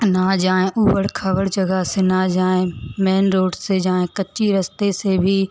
ना जाएँ उबड़ खाबड़ जगह से ना जाएँ मेन रोड से जाएँ कच्चे रस्ते से भी